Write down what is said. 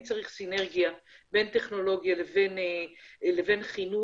צריך סינרגיה בין טכנולוגיה לבין חינוך